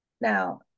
Now